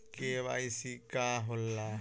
KYC का होला?